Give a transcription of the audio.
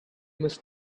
must